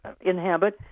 inhabit